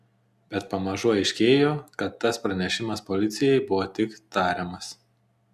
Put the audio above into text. bet pamažu aiškėjo kad tas pranešimas policijai buvo tik tariamas